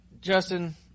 Justin